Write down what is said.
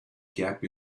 gap